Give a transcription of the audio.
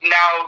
Now